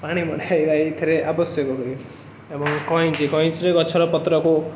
ପାଣି ମଡ଼ାଇବା ଏଇଥିରେ ଆବଶ୍ୟକ ହୁଏ ଏବଂ କଇଁଚି କଇଁଚିରେ ଗଛରପତ୍ରକୁ